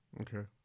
Okay